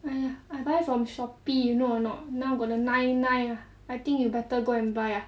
!aiya! I buy from Shopee you know or not now got the nine nine ah I think you better go and buy ah